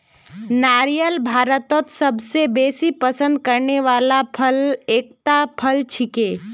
नारियल भारतत सबस बेसी पसंद करने वाला फलत एकता फल छिके